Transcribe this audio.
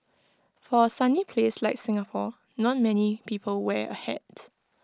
for A sunny place like Singapore not many people wear A hat